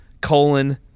colon